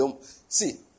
See